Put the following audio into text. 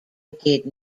did